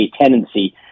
tendency